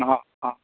অঁ অঁ